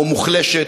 או מוחלשת,